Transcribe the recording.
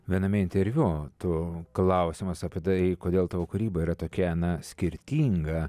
viename interviu tu klausiamas apie tai kodėl tavo kūryba yra tokia skirtinga